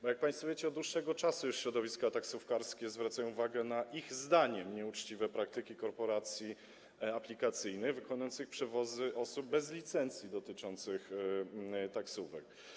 Bo jak państwo wiecie, już od dłuższego czasu środowiska taksówkarskie zwracają uwagę na ich zdaniem nieuczciwe praktyki korporacji aplikacyjnych, wykonujących przewozy osób bez licencji dotyczących taksówek.